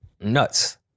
nuts